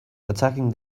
attacking